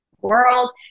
world